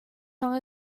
song